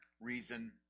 reason